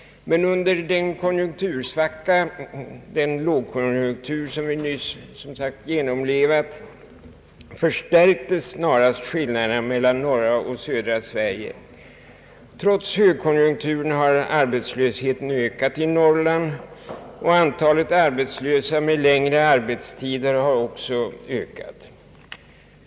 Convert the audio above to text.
Men under den lågkonjunktur som vi nyss har genomlevat förstärktes snarast skillnaden mellan norra och södra Sverige. Trots högkonjunkturen har arbetslösheten ökat i Norrland liksom antalet arbetslösa med längre arbetslöshetstider.